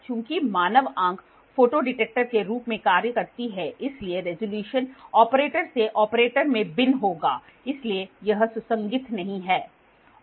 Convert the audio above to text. चूंकि मानव आंख फोटो डिटेक्टर के रूप में कार्य करती है इसलिए रिज़ॉल्यूशन ऑपरेटर से ऑपरेटर में भिन्न होगा इसलिए यह सुसंगत नहीं है